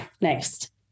next